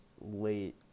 late